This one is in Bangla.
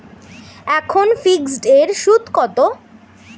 এখন ফিকসড এর সুদ কত?